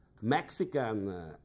Mexican